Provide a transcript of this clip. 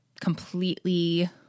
completely